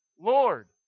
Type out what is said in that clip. Lord